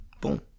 boom